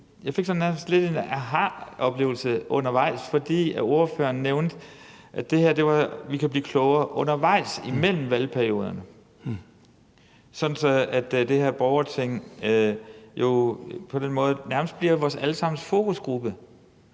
nærmest sådan lidt en ahaoplevelse undervejs, for ordføreren nævnte, at vi kan blive klogere undervejs imellem valgperioderne, sådan at det her borgerting jo på den måde nærmest bliver vores alle sammens fokusgruppe